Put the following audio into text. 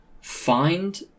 find